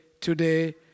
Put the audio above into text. today